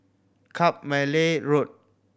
Road